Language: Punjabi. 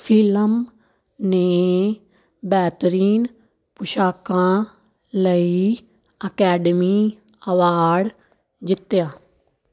ਫ਼ਿਲਮ ਨੇ ਬੇਹਤਰੀਨ ਪੁਸ਼ਾਕਾਂ ਲਈ ਅਕੈਡਮੀ ਅਵਾਰਡ ਜਿੱਤਿਆ